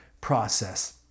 process